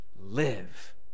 live